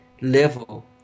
level